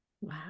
Wow